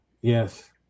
Yes